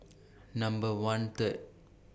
Number one Third